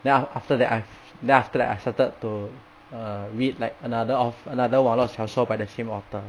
then af~ after that I've then after that I started to uh read like another of another 网络小说 by the same author